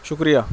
شکریہ